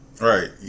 Right